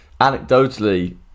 anecdotally